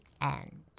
end